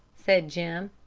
said jim,